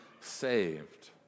saved